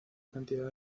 cantidad